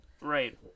Right